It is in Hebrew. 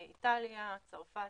איטליה, צרפת.